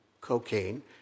cocaine